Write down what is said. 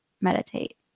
meditate